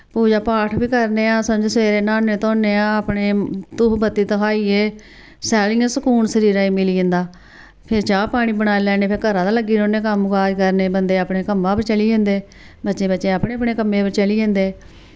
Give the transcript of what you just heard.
पूजा पाठ बी करने आं संझ सवेरे न्हान्ने धोन्ने आं अपने धूफ बत्ती धुखाइयै शैल इ'यां सुकून शरीरा गी मिली जंदा फ्ही चाह् पानी बनाई लैन्ने फ्ही घरा दा लग्गी रौह्ने कम्म काज करने बंदे अपने कम्मा पर चली जन्दे बच्चे बच्चे अपने अपने कम्मे पर चली जन्दे